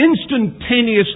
instantaneously